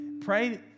Pray